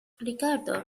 ricardo